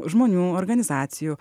žmonių organizacijų